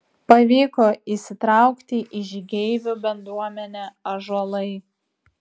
pavyko įsitraukti į žygeivių bendruomenę ąžuolai